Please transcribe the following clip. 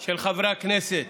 של חברי הכנסת